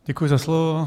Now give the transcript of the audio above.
Děkuji za slovo.